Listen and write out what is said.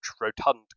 rotund